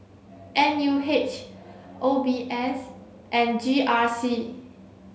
N U H O B S and G R C